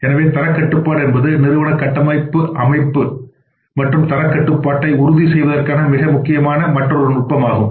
எனவே தரக் கட்டுப்பாடு என்பது நிறுவன கட்டுப்பாட்டு அமைப்பு மற்றும் தரக் கட்டுப்பாட்டை உறுதி செய்வதற்கான மிக முக்கியமான மற்றொரு நுட்பமாகும்